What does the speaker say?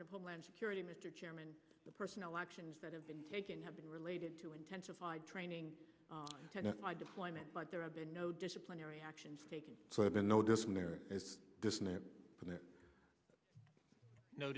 of homeland security mr chairman the personnel actions that have been taken have been related to intensified training my deployment but there have been no disciplinary actions taken